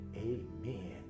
Amen